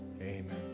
Amen